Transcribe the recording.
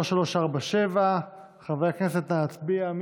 התשפ"ב 2022, לוועדת הבריאות נתקבלה.